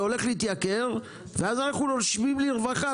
זה הולך להתייקר ואז אנחנו נושמים לרווחה,